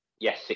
yes